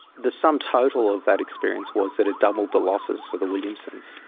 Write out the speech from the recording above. the sum total of that experience was that it doubled the losses for the williamsons,